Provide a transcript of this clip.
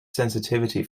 sensitivity